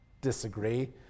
disagree